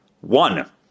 One